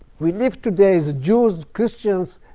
we live today as jews, christians,